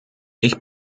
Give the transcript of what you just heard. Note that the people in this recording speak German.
ich